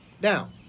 Now